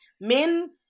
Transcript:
men